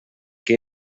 que